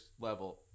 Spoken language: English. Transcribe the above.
level